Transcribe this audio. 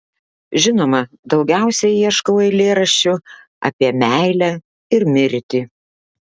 žinoma daugiausiai ieškau eilėraščių apie meilę ir mirtį